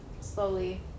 slowly